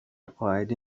قاعده